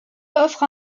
offre